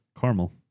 caramel